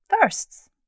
firsts